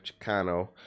chicano